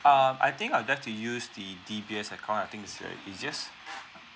um I think I would like to use the D B S account I think is the easiest